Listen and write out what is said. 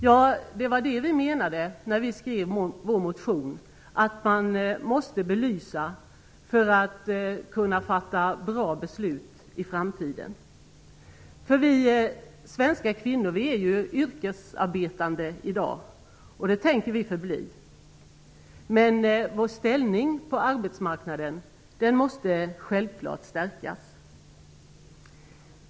Ja, när vi skrev vår motion var det detta vi menade att man måste belysa för att kunna fatta bra beslut i framtiden. Vi svenska kvinnor är yrkesarbetande i dag, och det tänker vi förbli. Men vår ställning på arbetsmarknaden måste självklart stärkas.